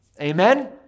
amen